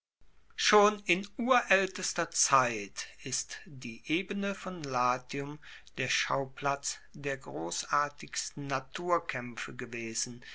schon in uraeltester zeit ist die ebene von latium der schauplatz der grossartigsten naturkaempfe gewesen